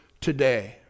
today